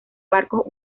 barcos